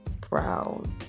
proud